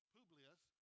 Publius